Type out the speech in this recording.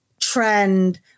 trend